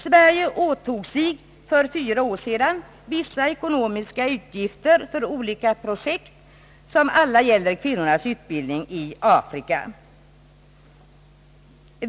Sverige åtog sig för fyra år sedan vissa ekonomiska utgifter för olika projekt som alla gäller utbildning av kvinnor i Afrika.